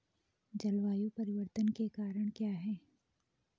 जलवायु परिवर्तन के कारण क्या क्या हैं?